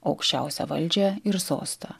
aukščiausią valdžią ir sostą